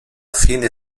fine